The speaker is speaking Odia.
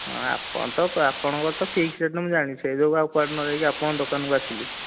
ହଁ ଆପଣତ ଆପଣଙ୍କର ତ ଫିକ୍ସ୍ ରେଟ୍ ମୁଁ ଜାଣିଛି ସେଇଯୋଗୁଁ ଆଉ କୁଆଡ଼େ ନ ଯାଇକି ଆପଣଙ୍କ ଦୋକାନକୁ ଆସିଲି